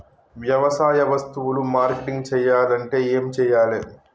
వ్యవసాయ వస్తువులు మార్కెటింగ్ చెయ్యాలంటే ఏం చెయ్యాలే?